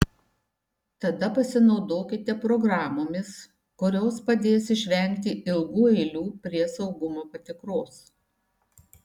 tada pasinaudokite programomis kurios padės išvengti ilgų eilių prie saugumo patikros